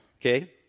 okay